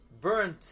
burnt